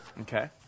Okay